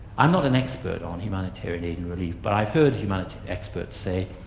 i'm not an expert on humanitarian aid and relief, but i've heard humanitarian experts say,